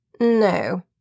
No